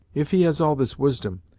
if he has all this wisdom,